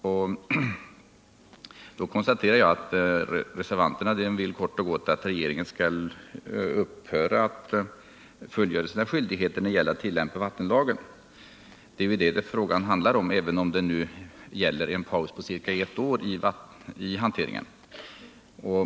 Jag konstaterar då att reservanterna kort och gott vill att regeringen skall upphöra att fullgöra sina skyldigheter när det gäller att tillämpa vattenlagen. Det är det frågan handlar om, även om det gäller en paus på ca ett år i hanteringen.